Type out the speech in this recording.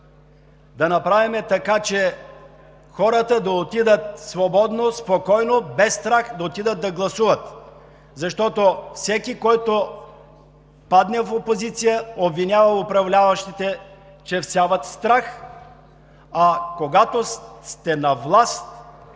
да направим така, че хората да отидат да гласуват свободно, спокойно, без страх. Защото всеки, който падне в опозиция, обвинява управляващите, че всяват страх, а когато сте на власт